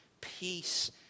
peace